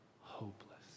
hopeless